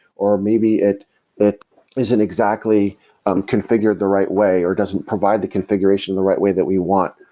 or maybe it it isn't exactly um configured the right way, or doesn't provide the configuration in the right way that we want,